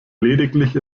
lediglich